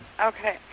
Okay